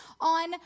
on